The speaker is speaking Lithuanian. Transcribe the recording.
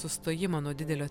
sustojimą nuo didelio